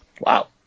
Wow